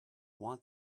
want